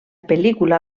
pel·lícula